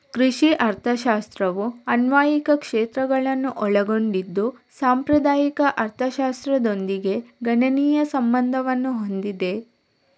ಕೃಷಿ ಅರ್ಥಶಾಸ್ತ್ರವು ಅನ್ವಯಿಕ ಕ್ಷೇತ್ರಗಳನ್ನು ಒಳಗೊಂಡಿದ್ದು ಸಾಂಪ್ರದಾಯಿಕ ಅರ್ಥಶಾಸ್ತ್ರದೊಂದಿಗೆ ಗಣನೀಯ ಸಂಬಂಧವನ್ನು ಹೊಂದಿದೆ